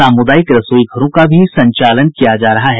सामुदायिक रसोई घरों का भी संचालन किया जा रहा है